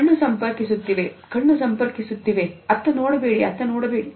ಕಣ್ಣು ಸಂಪರ್ಕಿಸುತ್ತಿವೆ ಕಣ್ಣು ಸಂಪರ್ಕಿಸುತ್ತಿವೆ ಅತ್ತ ನೋಡಬೇಡಿ ಅತ್ತ ನೋಡಬೇಡಿ